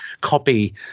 copy